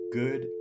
good